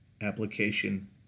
application